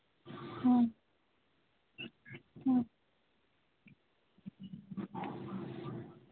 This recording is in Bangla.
হুম হুম